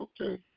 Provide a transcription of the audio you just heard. Okay